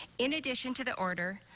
in addition to the order,